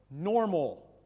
normal